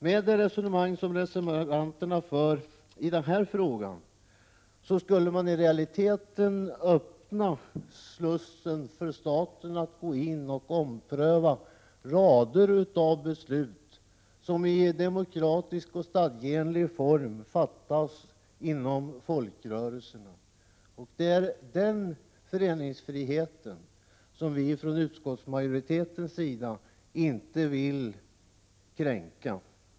Med det resonemang som reservanterna för i den här frågan skulle man i realiteten öppna slussen för staten att ompröva rader av beslut som man i demokratisk och stadgeenlig form fattar inom folkrörelserna. Det är den föreningsfriheten som utskottsmajoriteten inte vill kränka.